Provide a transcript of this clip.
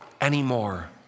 anymore